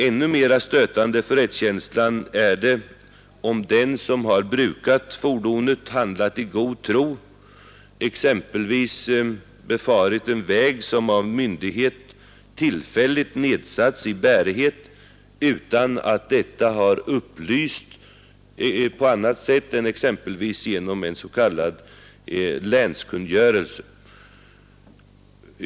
Ännu mera stötande för rättskänslan är det om den som har brukat fordonet har handlat i god tro, exempelvis använt en väg som av myndighet tillfälligt nedsatts i bärighet utan att detta har upplysts på annat sätt än genom en s.k. länskungörelse.